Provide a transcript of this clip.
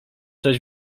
coś